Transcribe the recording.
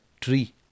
tree